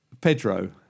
Pedro